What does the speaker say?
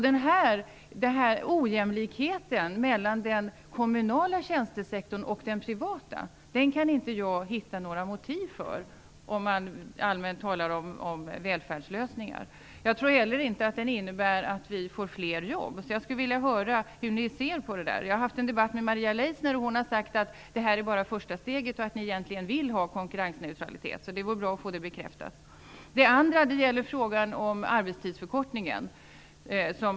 Denna ojämlikhet mellan den kommunala och den privata tjänstesektorn kan jag inte hitta några motiv för, om man allmänt talar om välfärdslösningar. Jag tror inte heller att den innebär att vi får fler jobb. Hur ser Folkpartiet på detta? Jag förde en debatt med Maria Leissner där hon sade att detta bara är första steget, och att Folkpartiet egentligen vill ha konkurrensneutralitet. Det vore bra att få detta bekräftat. Den andra frågan gäller arbetstidsförkortningen.